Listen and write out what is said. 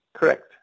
Correct